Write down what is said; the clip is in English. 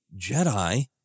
Jedi